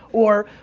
or,